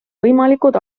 võimalikud